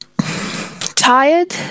tired